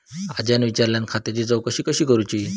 आज्यान विचारल्यान खात्याची चौकशी कशी करुची?